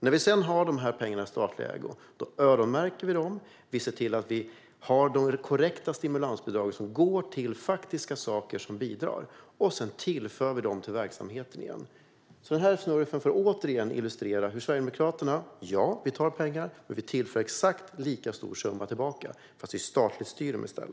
När vi har dessa pengar i statlig ägo öronmärker vi dem och ser till att vi har korrekta stimulansbidrag som går till faktiska saker som bidrar. Sedan tillför vi dessa bidrag till verksamheten igen. Den här smurfen får alltså illustrera att Sverigedemokraterna visserligen tar pengar men sedan tillför exakt lika stor summa tillbaka. Vi styr dem bara från statens håll.